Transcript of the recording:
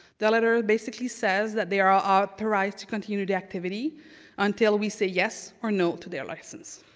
the letter basically says that they are authorized to continue the activity until we say yes or no to their license.